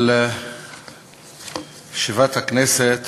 אבל ישיבת הכנסת